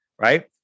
Right